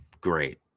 Great